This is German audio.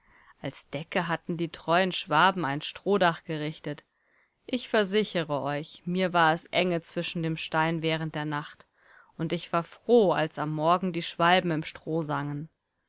als decke hatten die treuen schwaben ein strohdach gerichtet ich versichere euch mir war es enge zwischen dem stein während der nacht und ich war froh als am morgen die schwalben im